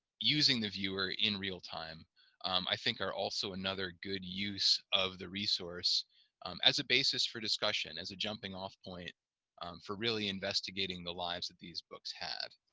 using the viewer in real time i think our also another good use of the resource um as a basis for discussion, as a jumping off point for really investigating the lives that these books had.